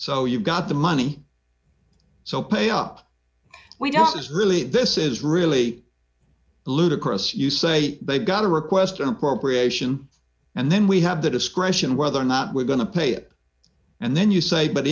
so you've got the money so pay up we don't is really this is really ludicrous you say they've got to request an appropriation and then we have the discretion whether or not we're going to pay it and then you say but